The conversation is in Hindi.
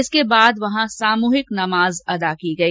इसके बाद वहां सामूहिक नमाज अदा की गई